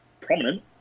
prominent